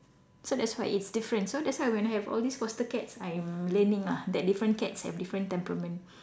so that's why it's different so that's why when I have all these foster cats I'm learning lah that different cats have different temperament